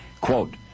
Quote